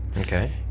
Okay